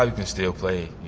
um can still play,